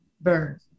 burn